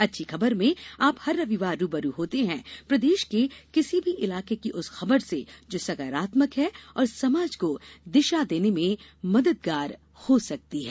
अच्छी खबर में आप हर रविवार रू ब रू होते हैं प्रदेश के किसी भी इलाके की उस खबर से जो सकारात्मक है और समाज को दिशा देने में मददगार हो सकती है